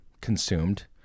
consumed